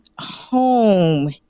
home